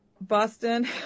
Boston